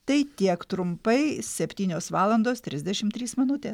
tai tiek trumpai septynios valandos trisdešimt trys minutės